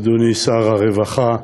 אדוני שר הרווחה,